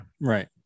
Right